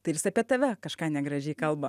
tai jis ir apie tave kažką negražiai kalba